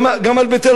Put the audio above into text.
גם על בית-אל,